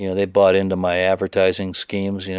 you know they bought into my advertising schemes, you know